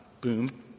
boom